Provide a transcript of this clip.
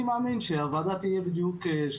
אני מאמין שהוועדה תהיה בדיוק ממש בקרוב,